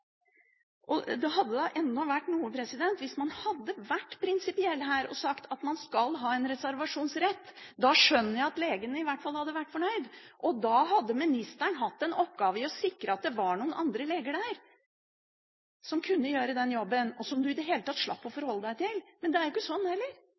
Det hadde enda vært noe hvis man hadde vært prinsipiell og sagt at man skal ha en reservasjonsrett. Da skjønner jeg at legene i hvert fall hadde vært fornøyd, og da hadde ministeren hatt en oppgave i å sikre at det var noen andre leger der som kunne gjøre jobben, og som du i det hele tatt slapp å